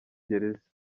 gereza